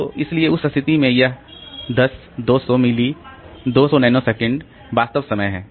तो इसलिए उस स्थिति में यह 10 200 मिली 200 नैनोसेकंड वास्तविक समय है